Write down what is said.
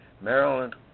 Maryland